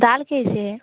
दाल कैसे है